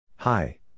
Hi